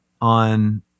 on